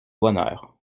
bonheur